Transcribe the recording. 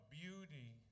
beauty